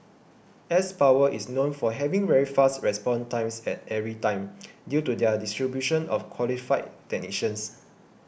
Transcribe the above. s Power is known for having very fast response times at every time due to their distribution of qualified technicians